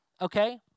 Okay